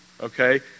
Okay